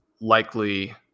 likely